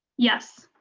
yes.